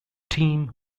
team